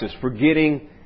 Forgetting